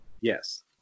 Yes